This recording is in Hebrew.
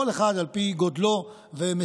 כל אחד על פי גודלו ומשימותיו,